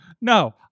no